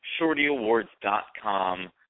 shortyawards.com